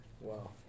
Wow